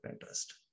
interest